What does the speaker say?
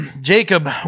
Jacob